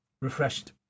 refreshed